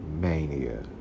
mania